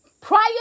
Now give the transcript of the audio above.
prior